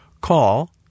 call